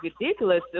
ridiculous